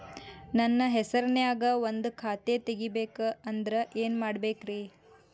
ನನ್ನ ಹೆಸರನ್ಯಾಗ ಒಂದು ಖಾತೆ ತೆಗಿಬೇಕ ಅಂದ್ರ ಏನ್ ಮಾಡಬೇಕ್ರಿ?